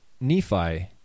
Nephi